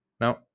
Now